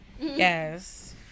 Yes